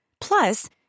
Plus